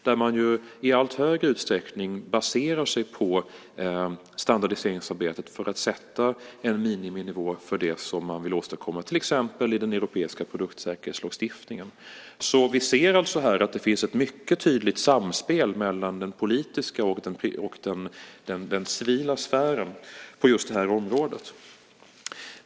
Där baserar man sig i allt högre utsträckning på standardiseringsarbetet för att sätta en miniminivå för det man vill åstadkomma, till exempel i den europeiska produktsäkerhetslagstiftningen. Vi ser alltså att det finns ett mycket tydligt samspel mellan den politiska och den civila sfären på det här området.